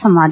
ಸಂವಾದ